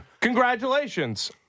Congratulations